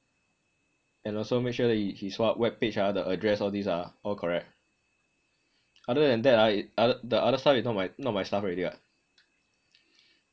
and also make sure his [what] webpage ah the address all this ah all correct other than that ah the other stuff is not not my stuff already [what]